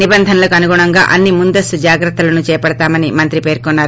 నిబంధనలకు అనుగుణంగా అన్ని ముందస్తు జాగ్రత్తలను చేపడతామని మంత్రి పేర్కొన్నారు